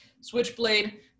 switchblade